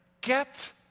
Get